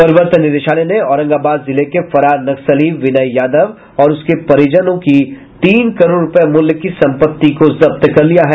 प्रवर्तन निदेशालय ने औरंगाबाद जिले के फरार नक्सली विनय यादव और उसके परिजनों की तीन करोड़ रूपये मूल्य की सम्पत्ति को जब्त कर लिया है